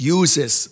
uses